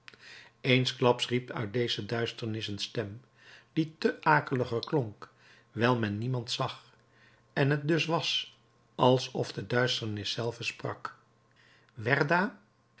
eensklaps riep uit deze duisternis een stem die te akeliger klonk wijl men niemand zag en t dus was alsof de duisternis zelve sprak werda